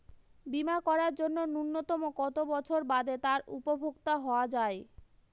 বীমা করার জন্য ন্যুনতম কত বছর বাদে তার উপভোক্তা হওয়া য়ায়?